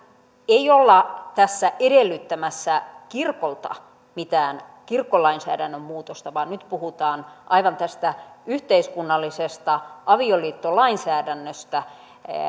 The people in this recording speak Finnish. ei olla tässä edellyttämässä kirkolta mitään kirkkolainsäädännön muutosta vaan nyt puhutaan aivan tästä yhteiskunnallisesta avioliittolainsäädännöstä